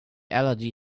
allergy